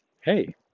hey